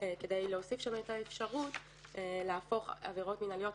כדי להוסיף שם את האפשרות לעשות מכוחו עבירות מינהליות.